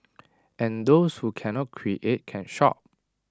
and those who cannot create can shop